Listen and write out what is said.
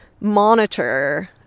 monitor